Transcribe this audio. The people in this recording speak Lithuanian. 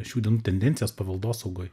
šių dienų tendencijas paveldosaugoj